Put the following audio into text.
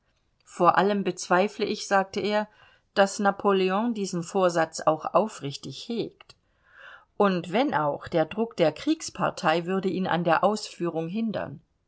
vor allem bezweifle ich sagte er daß napoleon diesen vorsatz auch aufrichtig hegt und wenn auch der druck der kriegspartei würde ihn an der ausführung hindern